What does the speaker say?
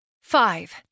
Five